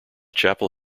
chapel